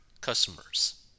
customers